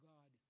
God